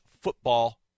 football